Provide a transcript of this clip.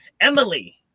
Emily